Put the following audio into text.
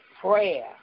prayer